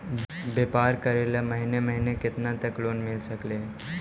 व्यापार करेल महिने महिने केतना तक लोन मिल सकले हे?